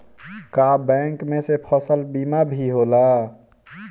का बैंक में से फसल बीमा भी होला?